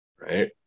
right